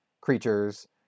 creatures